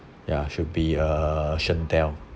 ya should be uh shantel